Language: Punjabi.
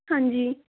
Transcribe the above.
ਹਾਂਜੀ